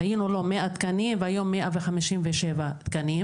100 תקנים והיום 157 תקנים.